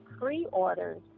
pre-orders